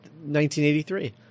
1983